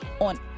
On